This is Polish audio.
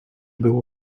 było